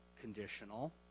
conditional